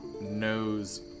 knows